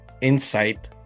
insight